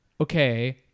Okay